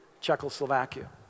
Czechoslovakia